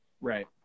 right